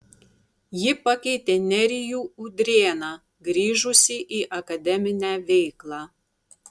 ji pakeitė nerijų udrėną grįžusį į akademinę veiklą